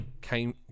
came